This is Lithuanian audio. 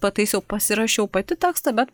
pataisiau pasirašiau pati tekstą bet